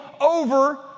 over